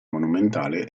monumentale